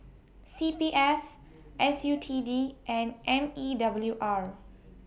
C P F S U T D and M E W R